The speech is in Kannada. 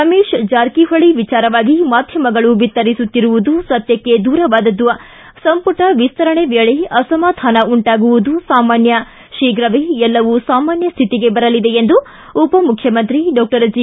ರಮೇಶ್ ಜಾರಕಿಹೋಳಿ ವಿಚಾರವಾಗಿ ಮಾಧ್ಯಮಗಳು ಬಿತ್ತರಿಸುತ್ತಿರುವುದು ಸತ್ಯಕ್ಷೆ ದೂರವಾದದ್ದು ಸಂಪುಟ ವಿಸ್ತರಣೆ ವೇಳೆ ಅಸಮಾಧಾನ ಉಂಟಾಗುವುದು ಸಾಮಾನ್ಯ ಶೀಘವೇ ಎಲ್ಲವೂ ಸಾಮಾನ್ಯ ಸ್ಥಿತಿಗೆ ಬರಲಿದೆ ಎಂದು ಉಪಮುಖ್ಯಮಂತ್ರಿ ಡಾಕ್ಟರ್ ಜಿ